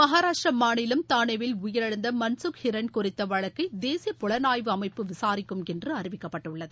மஹாராஷ்டிரா மாநிலம் தானேவில் உயிரிழந்த மன்சுக் ஹிரன் குறித்த வழக்கை தேசிய புலனாய்வு அமைப்பு விசாரிக்கும் என்று அறிவிக்கப்பட்டுள்ளது